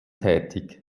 tätig